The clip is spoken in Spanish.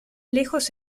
lejos